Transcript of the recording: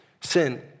sin